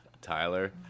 tyler